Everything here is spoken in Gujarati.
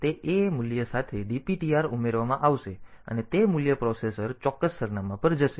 તેથી તે A મૂલ્ય સાથે DPTR ઉમેરવામાં આવશે અને તે મૂલ્ય પ્રોસેસર તે ચોક્કસ સરનામાં પર જશે